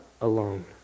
alone